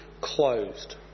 closed